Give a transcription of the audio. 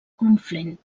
conflent